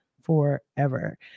forever